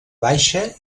baixa